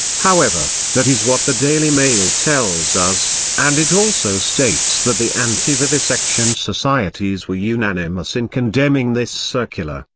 however, that is what the daily mail tells us, and it also states that the anti-vivisection societies were unanimous in condemning this circular,